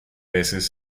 veces